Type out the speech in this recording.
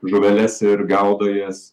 žuveles ir gaudo jas